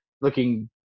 looking